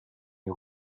you